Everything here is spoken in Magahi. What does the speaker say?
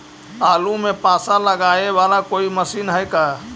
आलू मे पासा लगाबे बाला कोइ मशीन है का?